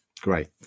Great